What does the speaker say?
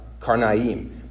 Karnaim